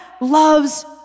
loves